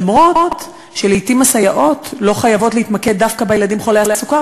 למרות שלעתים הסייעות לא חייבות להתמקד דווקא בילדים חולי הסוכרת,